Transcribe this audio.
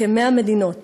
בכ-100 מדינות,